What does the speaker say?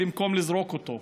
במקום לזרוק אותו,